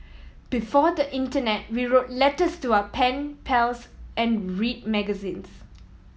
before the internet we wrote letters to our pen pals and read magazines